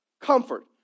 comfort